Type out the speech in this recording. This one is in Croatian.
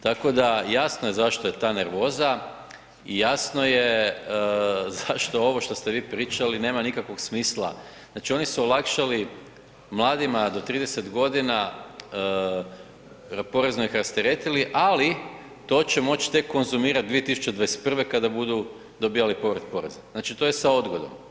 Tako da jasno je zašto je ta nervoza i jasno je zašto ovo što ste vi pričali nema nikakvog smisla, znači oni su olakšali mladima do 30 godina porezno ih rasteretili, ali to će moći tek konzumirati 2021. kad budu dobivali povrat poreza, znači to je sa odgodom.